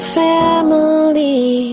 family